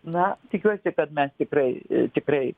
na tikiuosi kad mes tikrai tikrai